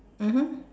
mmhmm